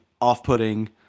off-putting